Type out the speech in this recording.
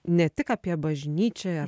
ne tik apie bažnyčią